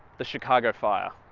the chicago fire.